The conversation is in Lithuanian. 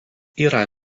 yra